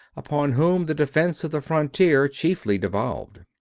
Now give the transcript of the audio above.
upon whom the defense of the frontier chiefly devolved.